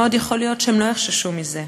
מאוד יכול להיות שהם לא יחששו מזה.